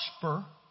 prosper